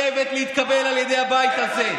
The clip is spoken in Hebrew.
חייבת להתקבל על ידי הבית הזה.